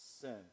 sin